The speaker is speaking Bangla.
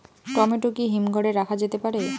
টমেটো কি হিমঘর এ রাখা যেতে পারে?